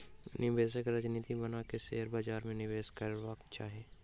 निवेशक रणनीति बना के शेयर बाजार में निवेश करबाक चाही